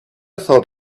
thought